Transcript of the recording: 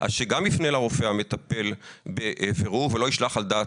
שגם יפנה לרופא המטפל בבירור ולא ישלח על דעת